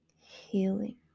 healing